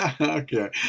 Okay